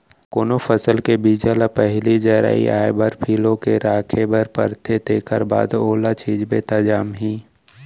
कोनो फसल के बीजा ल पहिली जरई आए बर फिलो के राखे बर परथे तेखर बाद ओला छिंचबे त जामही